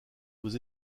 aux